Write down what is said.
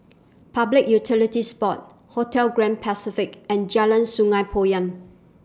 Public Utilities Board Hotel Grand Pacific and Jalan Sungei Poyan